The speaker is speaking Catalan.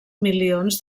milions